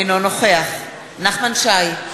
אינו נוכח נחמן שי,